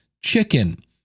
chicken